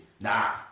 Nah